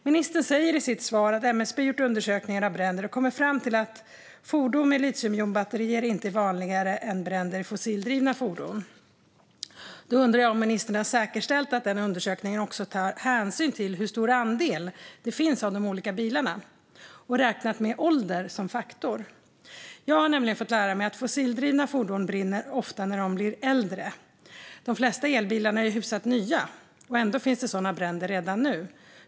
Ministern säger i sitt svar att MSB gjort undersökningar av bränder och kommit fram till att bränder i fordon med litiumjonbatterier inte är vanligare än bränder i fossildrivna fordon. Då undrar jag om ministern har säkerställt att den undersökningen även tar hänsyn till hur stor andel de olika bilarna utgör samt räknat med ålder som en faktor. Jag har nämligen fått lära mig att fossildrivna fordon ofta brinner när de blir äldre. De flesta elbilar är hyfsat nya, och ändå finns det sådana bränder redan nu.